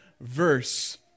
verse